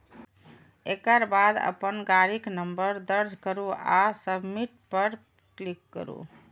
एकर बाद अपन गाड़ीक नंबर दर्ज करू आ सबमिट पर क्लिक करू